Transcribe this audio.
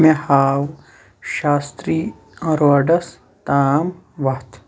مےٚ ہاو شاستری روڈس تام وَتھ